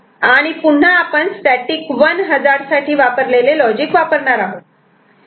आणि पुन्हा आपण स्टॅटिक 1 हजार्ड साठी वापरलेले लॉजिक वापरणार आहोत